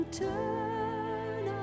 turn